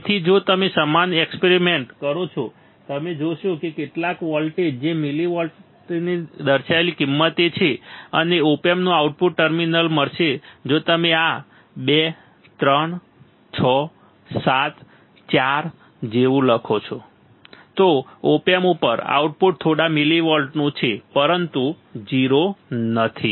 તેથી જો તમે સમાન એક્સપેરિમેન્ટ કરો તો તમે જોશો કે કેટલાક વોલ્ટેજ જે મિલિવોલ્ટની દર્શાવેલી કિંમતે છે તમને ઓપ એમ્પનું આઉટપુટ ટર્મિનલ મળશે જો તમે આ 2 3 6 7 4 જેવું લખો તો ઓપ એમ્પ ઉપર આઉટપુટ થોડા મિલીવોલ્ટનું છે પરંતુ 0 નથી